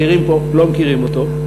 הצעירים פה לא מכירים אותו.